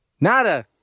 Nada